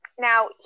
Now